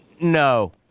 no